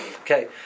Okay